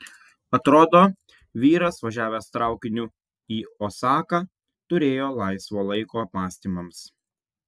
atrodo vyras važiavęs traukiniu į osaką turėjo laisvo laiko apmąstymams